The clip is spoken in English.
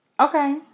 Okay